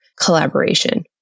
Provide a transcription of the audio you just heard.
collaboration